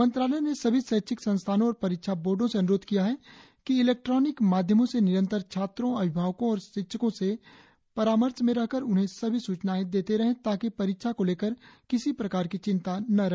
मंत्रालय ने सभी शैक्षिक संस्थानों और परीक्षा बोर्डों से अन्रोध किया है कि इलेक्ट्रॉनिक माध्यमों से निरन्तर छात्रों अभिभावकों और शिक्षकों के सम्पर्क में रहकर उन्हें सभी सूचनाएं देते रहें ताकि परीक्षा को लेकर किसी प्रकार की चिंता न रहे